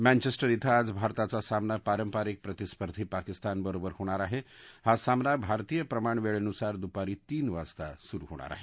Manchester इथं आज भारताचा सामना पारंपारिक प्रतिस्पर्धी पाकिस्तान बरोबर होणार आहा हि सामना भारतीय प्रमाणवर्छमुसार दुपारी तीन वाजता सुरू होणार आह